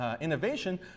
innovation